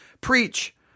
preach